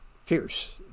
fierce